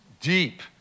deep